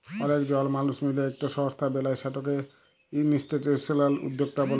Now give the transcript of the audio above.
অলেক জল মালুস মিলে ইকট সংস্থা বেলায় সেটকে ইনিসটিটিউসলাল উদ্যকতা ব্যলে